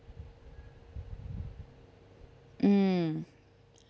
mm